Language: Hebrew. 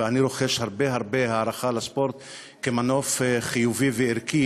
ואני רוחש הרבה הרבה הערכה לספורט כמנוף חיובי וערכי